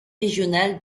régional